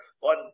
on